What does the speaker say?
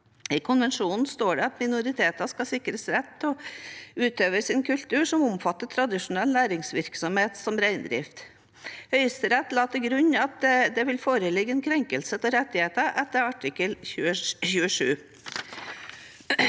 I konvensjonen står det at minoriteter skal sikres rett til å utøve sin kultur, som omfatter tradisjonell næringsvirksomhet som reindrift. Høyesterett la til grunn at det vil foreligge en krenkelse av rettigheter etter artikkel 27.